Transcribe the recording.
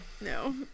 No